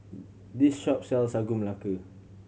this shop sells Sagu Melaka